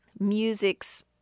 music's